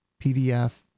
pdf